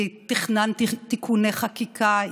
תכננתי תיקוני חקיקה,